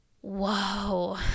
whoa